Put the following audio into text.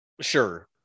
sure